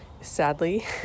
sadly